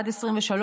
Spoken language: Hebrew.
עד 2023,